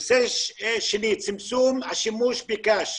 הנושא השני, צמצום השימוש בקֶש.